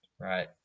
right